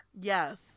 yes